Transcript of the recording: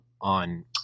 on